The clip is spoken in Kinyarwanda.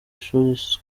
ishuri